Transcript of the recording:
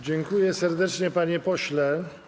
Dziękuję serdecznie, panie pośle.